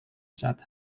saat